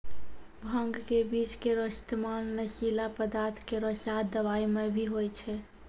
भांग क बीज केरो इस्तेमाल नशीला पदार्थ केरो साथ दवाई म भी होय छै